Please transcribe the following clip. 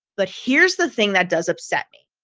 but here's the thing that does upset me,